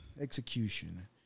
execution